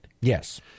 Yes